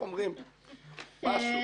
משהו.